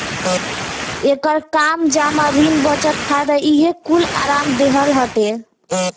एकर काम जमा, ऋण, बचत, फायदा इहे कूल आराम देहल हटे